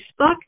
Facebook